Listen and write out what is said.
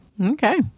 Okay